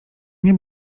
nie